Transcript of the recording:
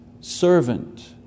servant